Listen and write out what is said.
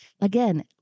again